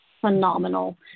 phenomenal